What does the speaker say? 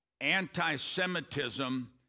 anti-Semitism